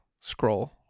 scroll